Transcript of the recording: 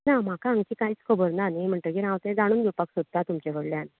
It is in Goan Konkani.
ना म्हाका हांगचें कांयच खबर ना नी म्हणटकीर हांव तें जाणून घेवपाक सोदता तुमचे कडल्यान